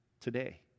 today